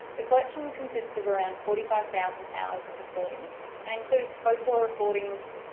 the collection consists of around forty five thousand hours of recordings and includes folklore recordings,